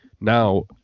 Now